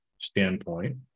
standpoint